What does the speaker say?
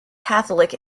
catholic